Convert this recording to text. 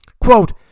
Quote